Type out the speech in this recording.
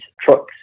trucks